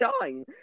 time